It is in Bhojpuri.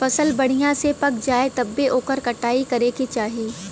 फसल बढ़िया से पक जाये तब्बे ओकर कटाई करे के चाही